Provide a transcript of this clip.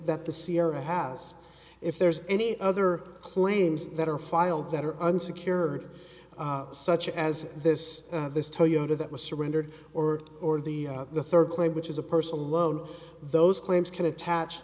the sierra has if there's any other claims that are filed that are unsecured such as this this toyota that was surrendered or or the the third claim which is a personal loan those claims can attach